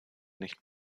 nicht